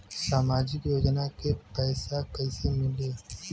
सामाजिक योजना के पैसा कइसे मिली?